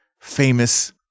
Famous